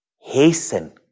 hasten